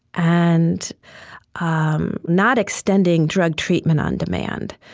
and um not extending drug treatment on demand,